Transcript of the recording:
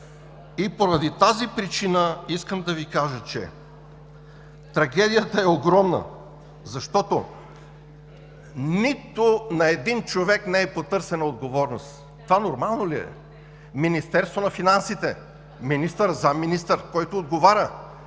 И поради тази причина искам да Ви кажа, че трагедията е огромна, защото на нито един човек не е потърсена отговорност! Това нормално ли е? Министерството на финансите – министър, заместник-министър, който отговаря,